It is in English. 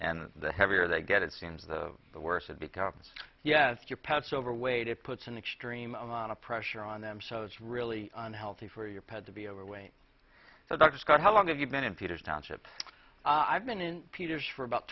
and the heavier they get it seems the worse it becomes yes your pets overweight it puts an extreme amount of pressure on them so it's really unhealthy for your pet to be overweight so dr scott how long have you been in peter's township i've been in peters for about